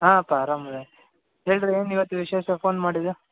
ಹಾಂ ಅಪ್ಪ ಆರಾಮ ರೀ ಹೇಳಿ ರೀ ಏನು ಇವತ್ತು ವಿಶೇಷ ಫೋನ್ ಮಾಡಿದ್ದು